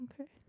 Okay